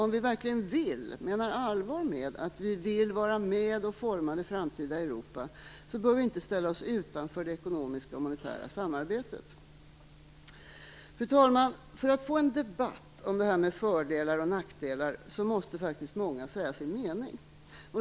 Om vi verkligen menar allvar med att vi vill vara med om att forma det framtida Europa, bör vi alltså inte ställa oss utanför det ekonomiska och monetära samarbetet. Fru talman! För att få en debatt om för och nackdelar måste faktiskt många säga sin mening.